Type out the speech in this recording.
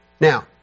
Now